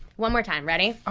one more time, ready?